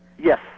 Yes